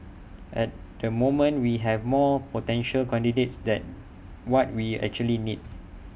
at the moment we have more potential candidates that what we actually need